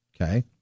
Okay